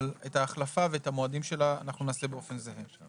אבל את ההחלפה ואת המועדים שלה נעשה באופן זהה.